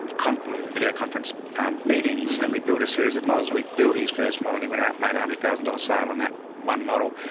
conference, video conference meetings, and we build a series of models. we build his first modeling. he went out, made one hundred thousand dollars sale on that one model,